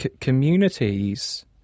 communities